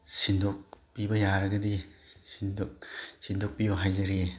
ꯁꯤꯟꯗꯣꯛꯄꯤꯕ ꯌꯥꯔꯒꯗꯤ ꯁꯤꯟꯗꯣꯛꯄꯤꯌꯨ ꯍꯥꯏꯖꯔꯤ